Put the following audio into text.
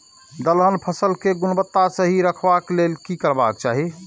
दलहन फसल केय गुणवत्ता सही रखवाक लेल की करबाक चाहि?